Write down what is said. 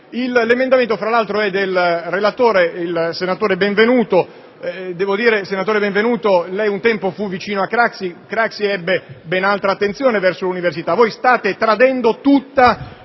L'emendamento, fra l'altro, è stato presentato dal relatore, il senatore Benvenuto. Devo dire, senatore Benvenuto, che lei un tempo fu vicino a Craxi, ma egli ebbe ben altra attenzione verso l'università. Voi state tradendo tutte